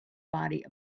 body